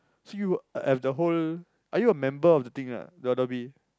so you have the whole are you a member of the thing or not the Adobe